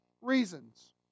reasons